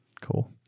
cool